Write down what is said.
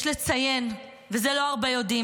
יש לציין, ואת זה לא הרבה יודעים,